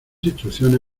instrucciones